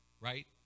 right